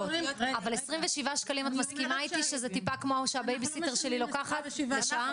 אבל את מסכימה איתי ש-27 שקלים זה קצת כמו שהבייביסיטר שלי לוקחת לשעה,